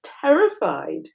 terrified